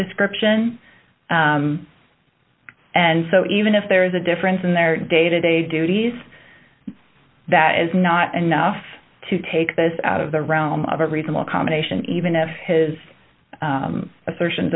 description and so even if there is a difference in their day to day duties that is not enough to take this out of the realm of a reasonable accommodation even if his assertions